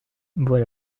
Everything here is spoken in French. voit